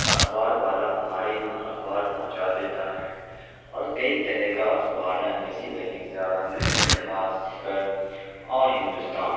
اخبار والا ہمارے یہاں اخبار پہنچا دیتا ہے اور کئی طرح کا اخبار ہے جیسے دینک جاگرن دینک بھاسکر اور ہندوستان